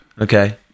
okay